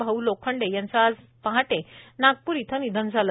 भाऊ लोखंडे यांचे आज पहाटे नागपूर इथं निधन झाले